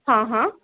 हां हां